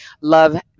love